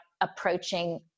approaching